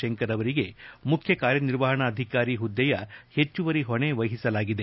ಶಂಕರ್ ಅವರಿಗೆ ಮುಖ್ಯ ಕಾರ್ಯನಿರ್ವಹಣಾಧಿಕಾರಿ ಹುದ್ದೆಯ ಹೆಚ್ಚುವರಿ ಹೊಣೆ ವಹಿಸಲಾಗಿದೆ